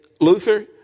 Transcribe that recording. Luther